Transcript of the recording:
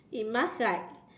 it must like